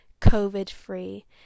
COVID-free